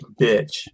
bitch